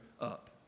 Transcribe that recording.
up